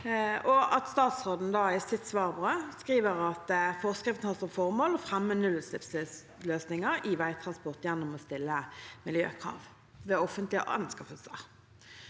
statsråden i sitt svarbrev skriver at forskriften har som formål å fremme nullutslippsløsninger i veitransport gjennom å stille miljøkrav ved offentlige anskaffelser.